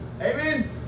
Amen